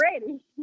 ready